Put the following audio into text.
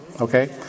Okay